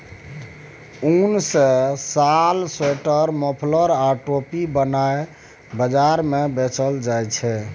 उन सँ साल, स्वेटर, मफलर आ टोपी बनाए बजार मे बेचल जाइ छै